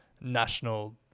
national